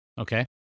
okay